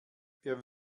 wir